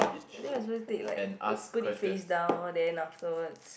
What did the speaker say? I think we're suppose to take like put put it face down then afterwards